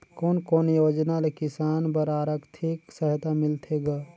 कोन कोन योजना ले किसान बर आरथिक सहायता मिलथे ग?